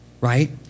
right